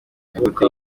guhuriza